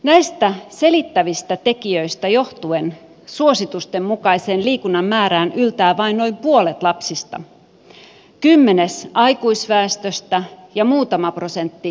näistä selittävistä tekijöistä johtuen suositusten mukaiseen liikunnan määrään yltää vain noin puolet lapsista kymmenes aikuisväestöstä ja muutama prosentti ikäihmisistä